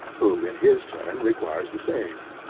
who in his turn requires the same.